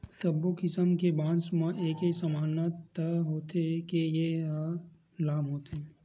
सब्बो किसम के बांस म एके समानता होथे के ए ह लाम होथे